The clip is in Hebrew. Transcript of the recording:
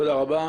תודה רבה.